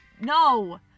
No